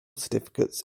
certificates